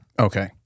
Okay